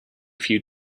few